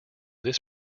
this